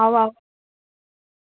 आओ आओ